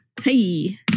Hey